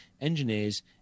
engineers